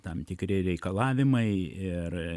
tam tikri reikalavimai ir